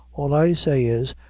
all i say is,